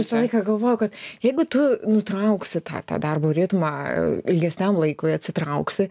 visą laiką galvojau kad jeigu tu nutrauksi tą tą darbo ritmą ilgesniam laikui atsitrauksi